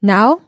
Now